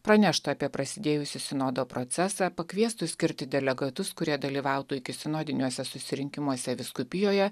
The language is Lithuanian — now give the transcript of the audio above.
praneštų apie prasidėjusį sinodo procesą pakviestų skirti delegatus kurie dalyvautų ikisinodiniuose susirinkimuose vyskupijoje